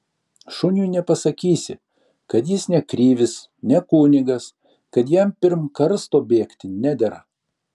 šuniui nepasakysi kad jis ne krivis ne kunigas kad jam pirm karsto bėgti nedera